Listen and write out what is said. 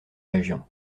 région